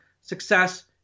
success